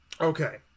Okay